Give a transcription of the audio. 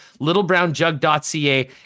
Littlebrownjug.ca